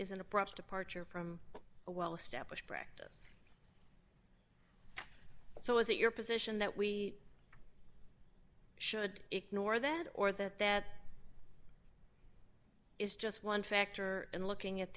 is an abrupt departure from a well established practice so is it your position that we should ignore that or that that is just one factor in looking at